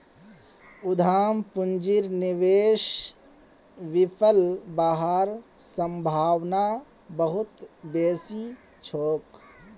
उद्यम पूंजीर निवेश विफल हबार सम्भावना बहुत बेसी छोक